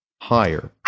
higher